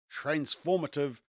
transformative